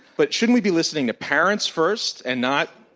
but shouldn't we be listening to parents first and not